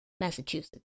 Massachusetts